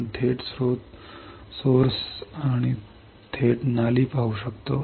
आपण थेट स्त्रोत पाहू शकतो आपण थेट ड्रेन पाहू शकतो